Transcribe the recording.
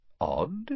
Odd